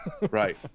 Right